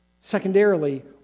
Secondarily